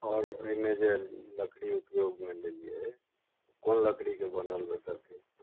आओर एहिमे जे लकड़ी उकड़ी ओ मानि लेलियै कोन लकड़ीके बनल भेटत ई